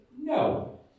no